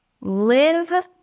live